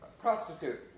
prostitute